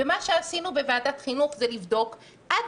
ומה שעשינו בוועדת חינוך זה לבדוק עד